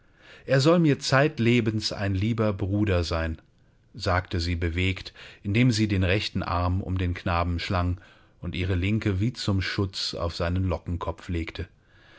er soll mir zeitlebens ein lieber bruder sein sagte sie bewegt indem sie den rechten arm um den knaben schlang und ihre linke wie zum schutz auf seinen lockenkopf legte